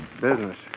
Business